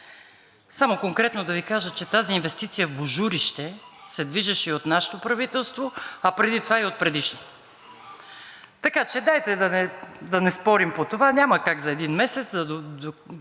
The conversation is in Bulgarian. Само конкретно да Ви кажа, че инвестицията в Божурище се движеше от нашето правителство, а преди това и от предишното. Така че дайте да не спорим по това, няма как за един месец да привлечете